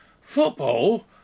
Football